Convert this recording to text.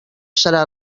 serà